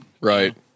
Right